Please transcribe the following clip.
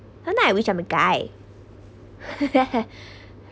sometimes I wish I'm a guy